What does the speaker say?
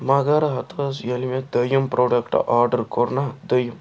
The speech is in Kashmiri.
مگر ہَتہٕ حظ ییٚلہِ مےٚ دوٚیِم پرٛوڈَکٹہٕ آرڈر کوٚر نا دوٚیِم